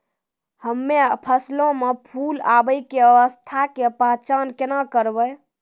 हम्मे फसलो मे फूल आबै के अवस्था के पहचान केना करबै?